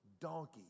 donkey